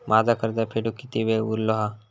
माझा कर्ज फेडुक किती वेळ उरलो हा?